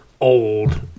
old